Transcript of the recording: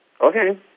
Okay